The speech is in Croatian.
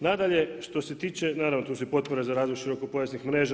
Nadalje, što se tiče, naravno, tu su i potpore za razvoj širokopojasnih mreža.